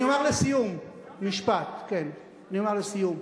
אני אומר לסיום משפט, כן, אני אומר לסיום.